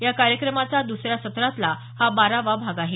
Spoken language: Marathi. या कार्यक्रमाचा द्सऱ्या सत्रातला हा बारावा भाग आहे